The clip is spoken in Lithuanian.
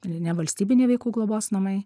nevalstybiniai vaikų globos namai